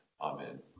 Amen